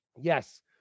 Yes